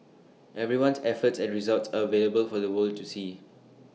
everyone's efforts and results are available for the world to see